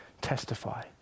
Testify